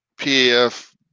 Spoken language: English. PAF